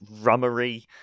rummery